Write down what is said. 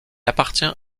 appartient